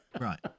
Right